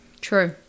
True